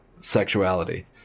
sexuality